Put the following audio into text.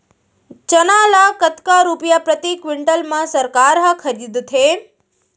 चना ल कतका रुपिया प्रति क्विंटल म सरकार ह खरीदथे?